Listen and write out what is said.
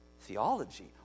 theology